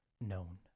known